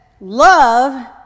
love